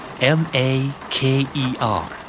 M-A-K-E-R